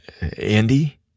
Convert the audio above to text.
Andy